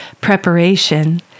preparation